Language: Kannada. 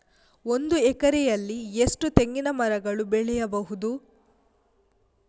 ಒಂದು ಎಕರೆಯಲ್ಲಿ ಎಷ್ಟು ತೆಂಗಿನಮರಗಳು ಬೆಳೆಯಬಹುದು?